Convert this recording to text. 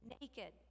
naked